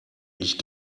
ich